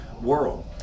world